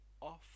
off